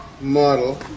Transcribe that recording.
model